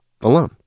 alone